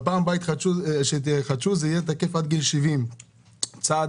בפעם הבאה שתחדשו זה יהיה תקף עד גיל 70. צעד